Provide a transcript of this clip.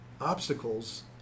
obstacles